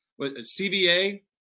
CBA